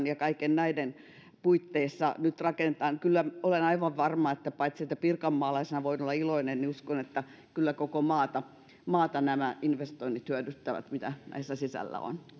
ja kaikkien näiden puitteissa nyt rakennetaan ovat sellaisia että kyllä olen aivan varma että paitsi pirkanmaalaisena voin olla iloinen niin uskon että koko maata maata hyödyttävät nämä investoinnit mitä näissä sisällä on